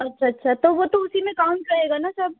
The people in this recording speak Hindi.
अच्छा अच्छा तो वो तो उसी में काउंट रहेगा ना सब